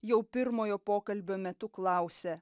jau pirmojo pokalbio metu klausia